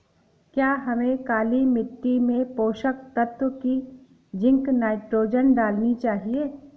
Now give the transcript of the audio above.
क्या हमें काली मिट्टी में पोषक तत्व की जिंक नाइट्रोजन डालनी चाहिए?